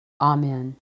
Amen